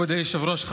כרמלאי לרמלאית, כן.